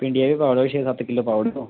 भिंडियां बी पाई ओड़ेओ छे सत्त किलो पाई ओड़ेओ